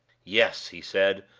yes! he said,